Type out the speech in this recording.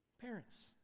Parents